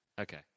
Okay